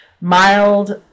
mild